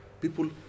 People